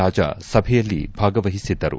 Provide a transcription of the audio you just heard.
ರಾಜಾ ಸಭೆಯಲ್ಲಿ ಭಾಗವಹಿಸಿದ್ದರು